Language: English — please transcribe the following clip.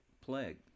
plague